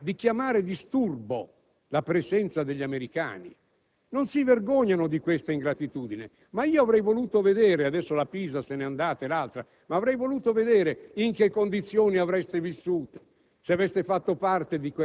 Da questa parte si difende l'operato, si ricorda la gratitudine che il nostro Paese deve avere nei confronti degli Stati Uniti; dall'altra parte, coloro che per quarant'anni si sono